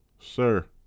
Sir